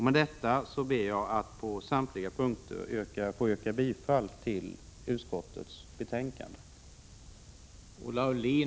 Med detta ber jag att på samtliga punkter få yrka bifall till utskottets hemställan.